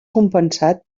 compensat